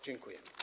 Dziękuję.